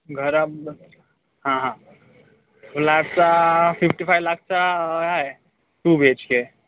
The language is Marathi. घराप हं हं फ्लाटचा फिफ्टी फाय लाखचा आहे टू बी एच के